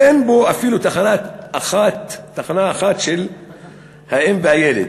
אין בו אפילו תחנה אחת לאם ולילד,